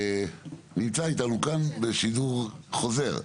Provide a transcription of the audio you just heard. נמצא איתנו כאן בשידור חוזר,